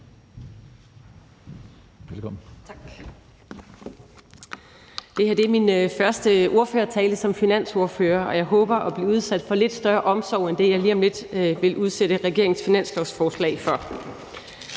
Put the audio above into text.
Mach (EL): Tak. Det er her er min første ordførertale som finansordfører, og jeg håber at blive udsat for lidt større omsorg end det, jeg lige om lidt vil udsætte regeringens finanslovsforslag for.